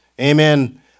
Amen